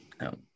no